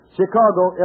Chicago